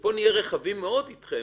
ופה נהיה רחבים מאוד אתכם?